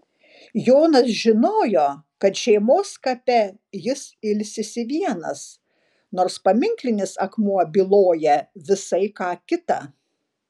jonas žinojo kad šeimos kape jis ilsisi vienas nors paminklinis akmuo byloja visai ką kita